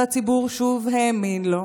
והציבור שוב האמין לו.